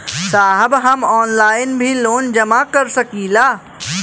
साहब हम ऑनलाइन भी लोन जमा कर सकीला?